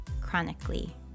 chronically